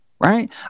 right